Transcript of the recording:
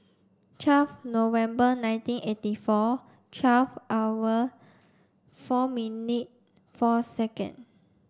twelve November nineteen eighty four twelve hour four minute four second